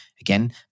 Again